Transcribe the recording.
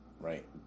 right